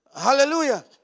Hallelujah